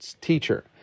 teacher